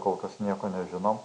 kol kas nieko nežinom